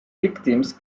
victims